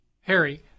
Harry